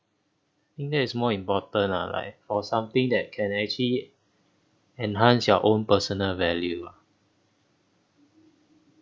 I think that is more important lah like for something that can actually enhance your own personal value lah